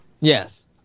Yes